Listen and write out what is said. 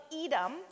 Edom